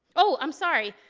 oh, i'm sorry,